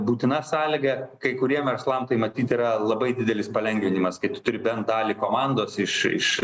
būtina sąlyga kai kuriem verslam tai matyt yra labai didelis palengvinimas kai tu turi bent dalį komandos iš iš